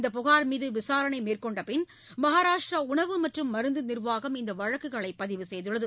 இந்த புகார் மீது விசாரணை மேற்கொண்டபின் மகாராஷ்டிரா உணவு மருந்து நிர்வாகம் இந்த வழக்குகளை பதிவு செய்துள்ளது